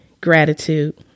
Gratitude